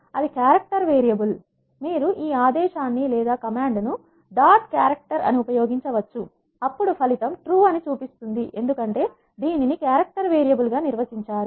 అది character variable మీరు ఈ ఆదేశాన్ని డాట్ క్యారెక్టర్ అని ఉపయోగించవచ్చు అప్పుడు ఫలితము నిజం ఎందుకంటే మీరు దీనిని క్యారెక్టర్ వేరియబుల్ గా నిర్వచించారు